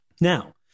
Now